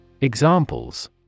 Examples